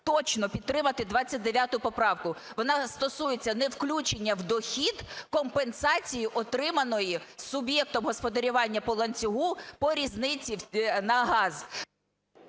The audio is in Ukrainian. точно підтримати 29 поправку. Вона стосується невключення в дохід компенсації, отриманої суб'єктом господарювання по ланцюгу по різниці на газ.